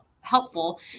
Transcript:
helpful